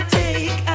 take